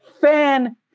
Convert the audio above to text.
fan